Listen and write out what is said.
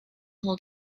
hold